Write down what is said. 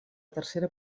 tercera